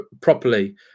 properly